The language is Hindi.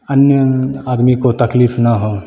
अन्य आदमी को तकलीफ ना हो